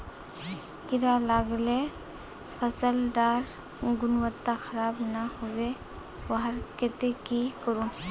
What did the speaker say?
कीड़ा लगाले फसल डार गुणवत्ता खराब ना होबे वहार केते की करूम?